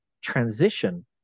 transition